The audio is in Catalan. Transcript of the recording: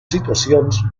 situacions